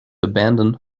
abandon